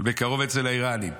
ובקרוב אצל האיראנים.